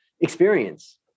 experience